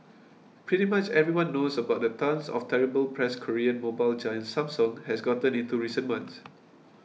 pretty much everyone knows about the tonnes of terrible press Korean mobile giant Samsung has gotten in recent months